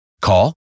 Call